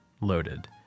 loaded